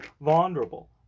Vulnerable